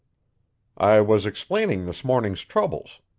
i was explaining this morning's troubles.